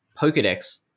Pokedex